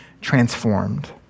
transformed